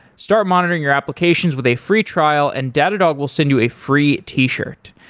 start monitoring your applications with a free trial and datadog will send you a free t-shirt.